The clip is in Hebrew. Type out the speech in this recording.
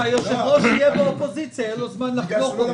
כשהיושב-ראש יהיה באופוזיציה יהיה לו זמן לחקור.